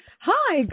Hi